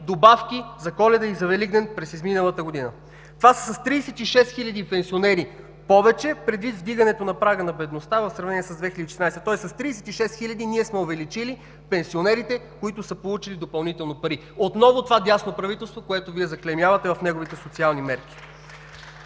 добавки за Коледа и Великден за миналата година. Това са с 36 хиляди пенсионери повече предвид вдигането на прага на бедността в сравнение с 2014 г. Тоест с 36 хиляди ние сме увеличи пенсионерите, които са получили допълнително пари. Отново това дясно правителство, което Вие заклеймявате в неговите социални мерки.